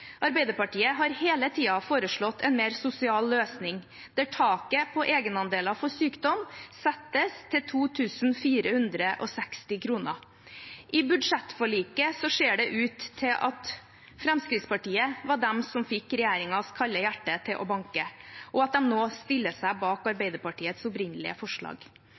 Arbeiderpartiet har hele tiden foreslått en mer sosial løsning, der taket på egenandeler for sykdom settes til 2 460 kr. I budsjettforliket ser det ut til at Fremskrittspartiet var de som fikk regjeringens kalde hjerte til å banke, og at de nå stiller seg bak Arbeiderpartiets opprinnelige forslag.